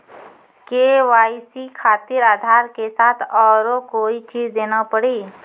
KYC खातिर आधार के साथ औरों कोई चीज देना पड़ी?